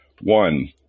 One